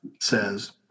says